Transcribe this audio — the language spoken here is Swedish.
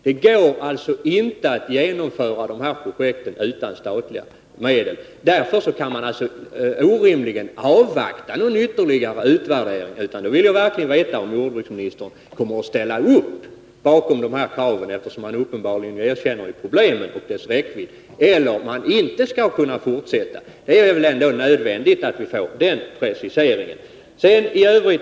Det går alltså inte att genomföra dessa projekt utan statliga medel. Därför kan man rimligen inte avvakta någon ytterligare utvärdering. Jag vill verkligen veta om jordbruksministern kommer att ställa sig bakom de här kraven — uppenbarligen erkänner han problemens räckvidd — eller om man inte skall kunna fortsätta. Det är ändå nödvändigt att vi får den preciseringen.